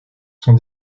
sont